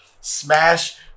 Smash